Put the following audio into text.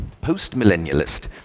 post-millennialist